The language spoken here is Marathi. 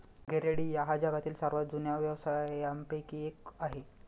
गरेडिया हा जगातील सर्वात जुन्या व्यवसायांपैकी एक आहे